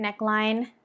neckline